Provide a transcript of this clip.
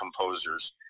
composers